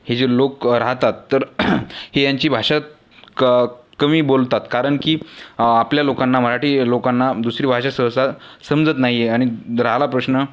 हे जे लोक राहतात तर हे यांची भाषा क कमी बोलतात कारण की आपल्या लोकांना मराठी लोकांना दुसरी भाषा सहसा समजत नाही आहे आणि राहिला प्रश्न